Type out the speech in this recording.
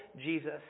Jesus